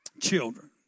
children